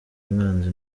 umwanzi